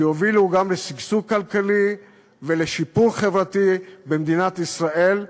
שיובילו גם לשגשוג כלכלי ולשיפור חברתי במדינת ישראל,